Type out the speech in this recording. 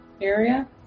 area